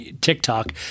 TikTok